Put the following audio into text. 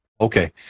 Okay